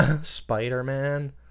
spider-man